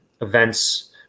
events